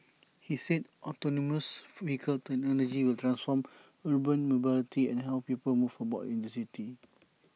he said autonomous vehicle technology will transform urban mobility and how people move about in the city